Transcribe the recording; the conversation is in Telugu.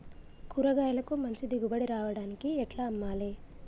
కూరగాయలకు మంచి దిగుబడి రావడానికి ఎట్ల అమ్మాలే?